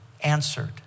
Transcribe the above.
answered